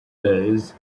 days